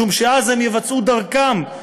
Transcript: משום שאז הם יבצעו דרכם,